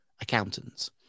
accountants